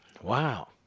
Wow